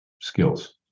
skills